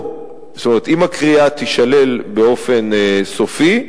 אם הכרייה תישלל באופן סופי,